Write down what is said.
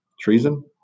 Treason